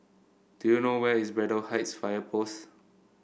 do you know where is Braddell Heights Fire Post